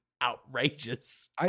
outrageous